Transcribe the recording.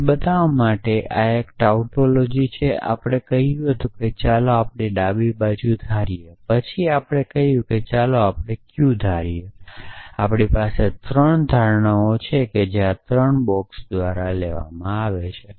તે બતાવવા માટે કે આ એક ટાઉટોલોજી છે આપણે કહ્યું હતું કે ચાલો આપણે ડાબી બાજુ ધારીએ પછી આપણે કહ્યું કે ચાલો આપણે q ધારીએ તેથી આપણી પાસે ત્રણ ધારણાઓ છે જે આ ત્રણ બોક્સ દ્વારા લેવામાં આવી છે